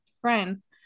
friends